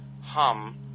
hum